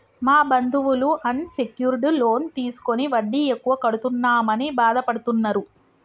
మా బంధువులు unsecured loan తీసుకుని వడ్డీ ఎక్కువ కడుతున్నామని బాధపడుతున్నరు